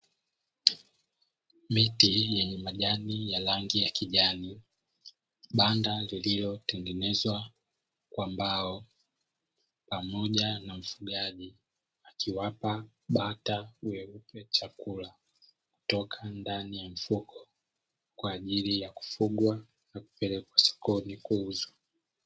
Miti yenye majani ya rangi ya kijani, banda lililotengenezwa kwa mbao pamoja na mfugaji, akiwapa bata weupe chakula kutoka ndani ya mfuko kwa ajili ya kufugwa na kupelekwa sokoni kuuzwa.